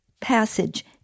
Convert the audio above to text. passage